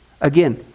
Again